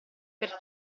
per